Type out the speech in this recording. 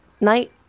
night